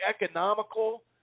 economical